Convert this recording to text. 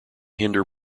hinder